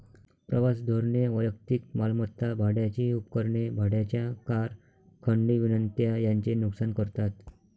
प्रवास धोरणे वैयक्तिक मालमत्ता, भाड्याची उपकरणे, भाड्याच्या कार, खंडणी विनंत्या यांचे नुकसान करतात